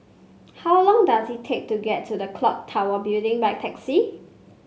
how long does it take to get to the clock Tower Building by taxi